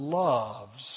loves